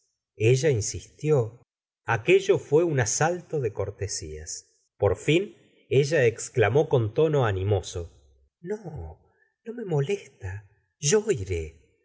ella inshítió aquello fué un asalto de cortesías por fin ella exclamó con tono ani m oso no no me molesta yo iré